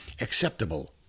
Acceptable